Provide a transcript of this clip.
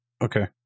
Okay